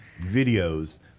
videos